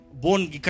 Bone